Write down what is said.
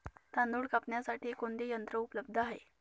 तांदूळ कापण्यासाठी कोणते यंत्र उपलब्ध आहे?